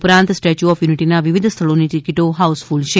ઉપરાંત statue of યુનિટીના વિવિધ સ્થળોની ટિકીટો હાઉસફ્લ છે